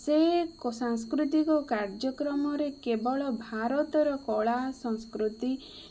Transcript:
ସେ ସାଂସ୍କୃତିକ କାର୍ଯ୍ୟକ୍ରମରେ କେବଳ ଭାରତର କଳା ସଂସ୍କୃତି